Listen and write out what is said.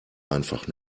einfach